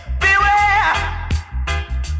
Beware